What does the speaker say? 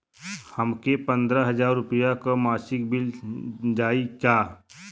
हमके पन्द्रह हजार रूपया क मासिक मिल जाई का?